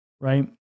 right